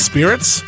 Spirits